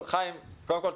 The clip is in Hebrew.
חיים,